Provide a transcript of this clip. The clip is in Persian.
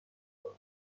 کوتاه